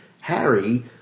Harry